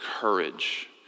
courage